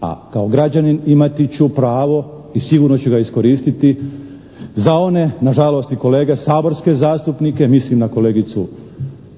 a kao građanin imati ću pravo i sigurno ću ga iskoristiti za one nažalost i kolege saborske zastupnike, mislim na kolegicu